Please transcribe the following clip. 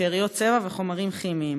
שאריות צבע וחומרים כימיים.